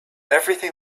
everything